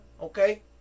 Okay